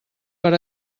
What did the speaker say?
per